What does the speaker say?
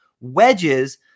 wedges